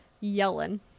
Yelling